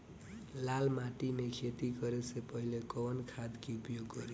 लाल माटी में खेती करे से पहिले कवन खाद के उपयोग करीं?